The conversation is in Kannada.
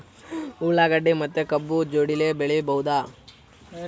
ಉಳ್ಳಾಗಡ್ಡಿ ಮತ್ತೆ ಕಬ್ಬು ಜೋಡಿಲೆ ಬೆಳಿ ಬಹುದಾ?